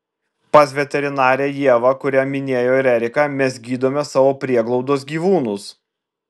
pas veterinarę ievą kurią minėjo ir erika mes gydome savo prieglaudos gyvūnus